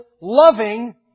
loving